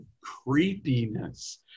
creepiness